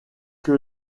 que